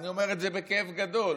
ואני אומר את זה בכאב גדול,